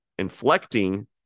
inflecting